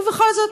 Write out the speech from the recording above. ובכל זאת,